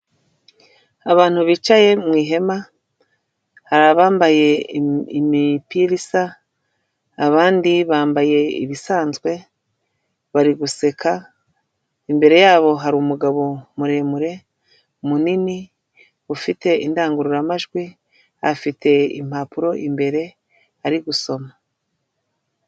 Abantu bicaye mu ihema, hari abambaye imipira isa abandi bambaye ibisanzwe bari guseka. Imbere yabo hari umugabo muremure munini ufite indangururamajwi, afite impapuro imbere ari gusoma.